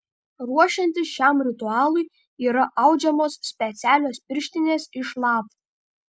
ruošiantis šiam ritualui yra audžiamos specialios pirštinės iš lapų